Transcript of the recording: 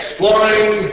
Exploring